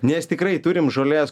nes tikrai turim žolės